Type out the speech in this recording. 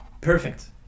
Perfect